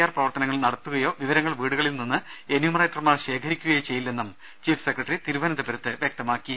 R പ്രവർത്തനങ്ങൾ നടത്തുകയോ വിവരങ്ങൾ വീടുക ളിൽ നിന്ന് എന്യൂമറേറ്റർമാർ ശേകരിക്കുകയോ ചെയ്യില്ലെന്നും ചീഫ് സെക്രട്ടറി വ്യക്തമാക്കി